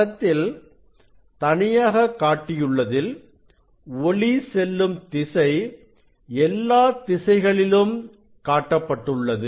படத்தில் தனியாக காட்டியுள்ளதில் ஒளி செல்லும் திசை எல்லா திசைகளிலும் காட்டப்பட்டுள்ளது